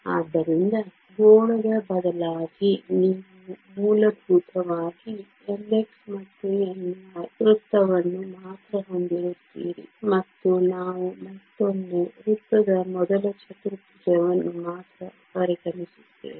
ಆದ್ದರಿಂದ ಗೋಳದ ಬದಲಾಗಿ ನೀವು ಮೂಲಭೂತವಾಗಿ nx ಮತ್ತು ny ವೃತ್ತವನ್ನು ಮಾತ್ರ ಹೊಂದಿರುತ್ತೀರಿ ಮತ್ತು ನಾವು ಮತ್ತೊಮ್ಮೆ ವೃತ್ತದ ಮೊದಲ ಚತುರ್ಭುಜವನ್ನು ಮಾತ್ರ ಪರಿಗಣಿಸುತ್ತೇವೆ